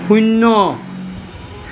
শূন্য